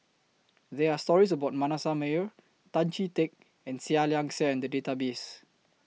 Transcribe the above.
There Are stories about Manasseh Meyer Tan Chee Teck and Seah Liang Seah in The Database